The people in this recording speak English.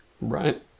Right